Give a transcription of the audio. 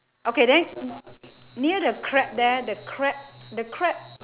okay then near the crab there the crab the crab